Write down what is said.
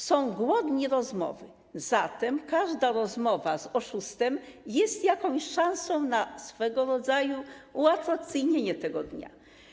Są głodni rozmowy, zatem każda rozmowa z oszustem jest jakąś szansą na swego rodzaju uatrakcyjnienie dnia.